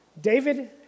David